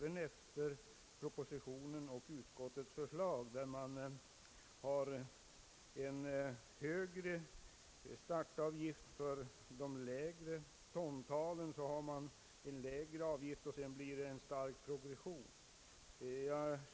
Enligt propositionen och enligt utskottets förslag har man en lägre avgift för de lägre tontalen och därefter blir det en stark progression.